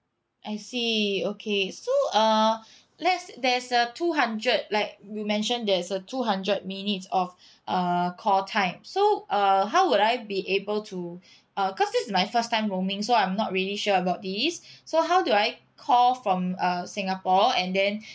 I see okay so uh let's there's a two hundred like you mentioned there's a two hundred minutes of uh call time so uh how would I be able to uh cause this is my first time roaming so I'm not really sure about this so how do I call from uh singapore and then